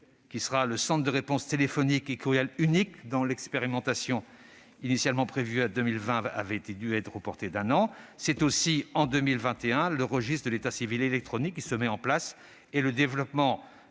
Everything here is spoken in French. qui sera le centre de réponses téléphonique et courriel unique et dont l'expérimentation, initialement prévue en 2020, a dû être reportée d'un an. C'est aussi en 2021 que le registre de l'état civil électronique se mettra en place et que le développement